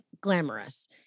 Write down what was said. glamorous